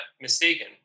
mistaken